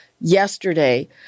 yesterday